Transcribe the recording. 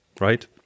right